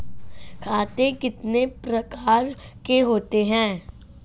खाते कितने प्रकार के होते हैं?